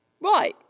Right